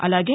అలాగే